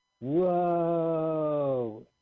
Whoa